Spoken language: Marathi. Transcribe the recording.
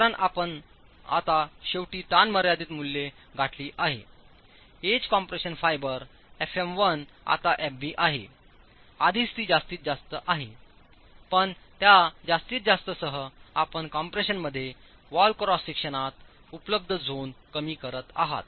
कारणआपण आता शेवटी ताण मर्यादित मूल्ये गाठली आहे एज कॉम्प्रेशन फायबर fm1 आता fb आहे आधीच ती जास्तीत जास्त आहे पण त्या जास्तीत जास्तसह आपण कॉम्प्रेशनमध्ये वॉल क्रॉस सेक्शनात उपलब्ध झोन कमी करत आहात